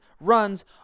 runs